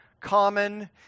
common